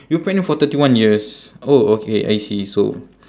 you were pregnant for thirty one years oh okay I see so